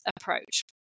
approach